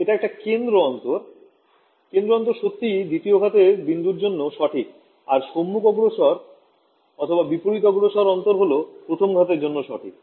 এটা একটা কেন্দ্র অন্তর কেন্দ্র অন্তর সত্যই দ্বিতীয় ঘাতের বিন্দুর জন্য সঠিক আর সম্মুখ অগ্রসর অথবা বিপরীত অগ্রসরের অন্তর হল প্রথম ঘাতের জন্য সঠিক